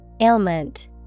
Ailment